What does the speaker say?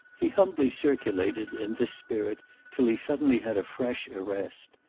he humbly circulated in this spirit till he suddenly had a fresh arrest.